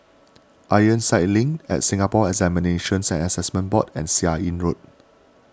Ironside Link Singapore Examinations and Assessment Board and Seah Im Road